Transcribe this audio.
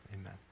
Amen